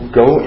go